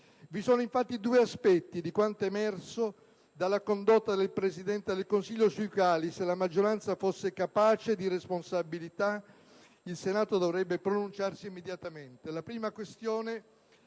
Vi sono, infatti, due aspetti di quanto è emerso dalla condotta del Presidente del Consiglio sui quali, se la maggioranza fosse capace di maggiore responsabilità, il Senato dovrebbe pronunciarsi immediatamente. La prima questione